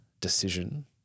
decision